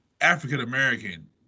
African-American